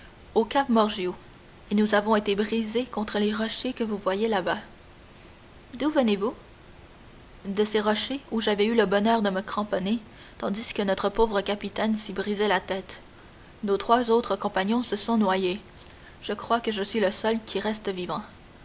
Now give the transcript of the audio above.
au cap morgiou et nous avons été brisés contre ces rochers que vous voyez là-bas d'où venez-vous de ces rochers où j'avais eu le bonheur de me cramponner tandis que notre pauvre capitaine s'y brisait la tête nos trois autres compagnons se sont noyés je crois que je suis le seul qui reste vivant